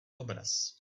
obraz